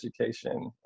education